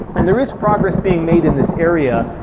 and there is progress being made in this area,